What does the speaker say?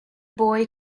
boy